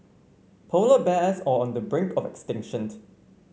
polar bears are on the brink of extinction